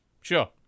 Sure